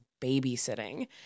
babysitting